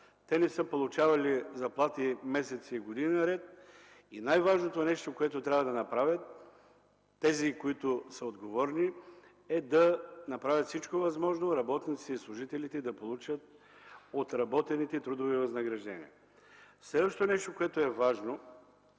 Те не са получавали заплати месеци и години наред. Най-важното нещо, което трябва да направят тези, които са отговорни, е работниците и служителите да получат отработените трудови възнаграждения. Следващото нещо, което е важно,